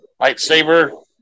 Lightsaber